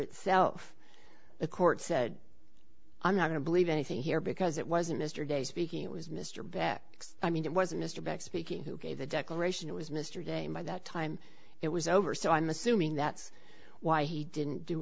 itself the court said i'm not going to believe anything here because it wasn't mr de speaking it was mr beck's i mean it was mr beck speaking who gave the declaration it was mr day my that time it was over so i'm assuming that's why he didn't do